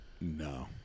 No